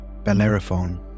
Bellerophon